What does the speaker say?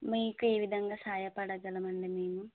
మీకు ఏ విధంగా సహాయపడగలం అండి మేము